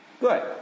Good